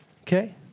Okay